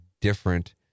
different